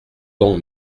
donc